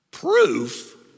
proof